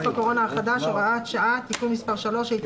הקורונה החדש) (הוראת שעה) (תיקון מס' 3 ),